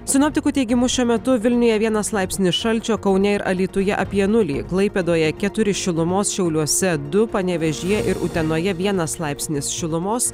sinoptikų teigimu šiuo metu vilniuje vienas laipsnis šalčio kaune ir alytuje apie nulį klaipėdoje keturi šilumos šiauliuose du panevėžyje ir utenoje vienas laipsnis šilumos